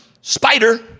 Spider